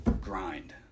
grind